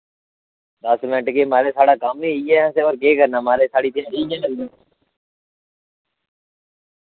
दस मैंट्ट केह् माहाज साढ़ा कम्म ही इ'यै असें होर केह् करना महाराज साढ़ी जिंदगी इ'यां चलनी